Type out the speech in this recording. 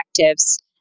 objectives